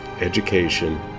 education